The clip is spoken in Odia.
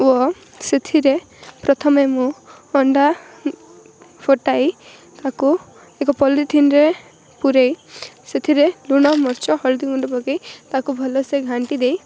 ଓ ସେଥିରେ ପ୍ରଥମେ ମୁଁ ଅଣ୍ଡା ଫଟାଇ ତାକୁ ଏକ ପଲିଥିନରେ ପୁରାଇ ସେଥିରେ ଲୁଣ ମରିଚ ହଳଦୀ ଗୁଣ୍ଡ ପକାଇ ତାକୁ ଭଲସେ ଘାଣ୍ଟି ଦେଇ